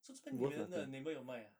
so 这边你们的 neighbour 有卖啊